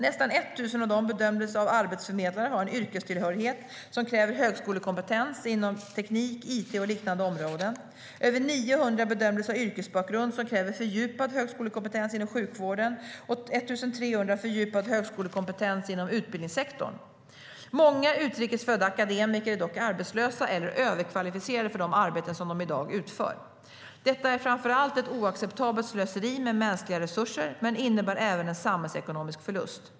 Nästan 1 000 av dem bedömdes av arbetsförmedlare ha en yrkestillhörighet som kräver högskolekompetens inom teknik, it och liknande områden. Över 900 bedömdes ha yrkesbakgrund som kräver fördjupad högskolekompetens inom sjukvården och 1 300 fördjupad högskolekompetens inom utbildningssektorn. Många utrikesfödda akademiker är dock arbetslösa eller överkvalificerade för de arbeten som de i dag utför. Detta är framför allt ett oacceptabelt slöseri med mänskliga resurser, men innebär även en samhällsekonomisk förlust.